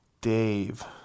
Dave